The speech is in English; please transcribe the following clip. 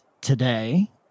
today